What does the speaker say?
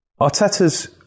Arteta's